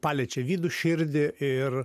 paliečia vidų širdį ir